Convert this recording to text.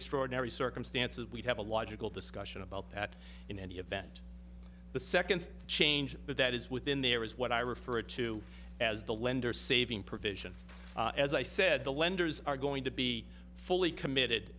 extraordinary circumstances we have a logical discussion about that in any event the second change but that is within there is what i refer to as the lender saving provision as i said the lenders are going to be fully committed